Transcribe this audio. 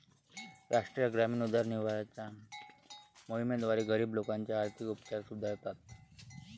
राष्ट्रीय ग्रामीण उदरनिर्वाहाच्या मोहिमेद्वारे, गरीब लोकांचे आर्थिक उपचार सुधारतात